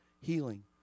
healing